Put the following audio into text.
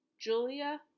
Julia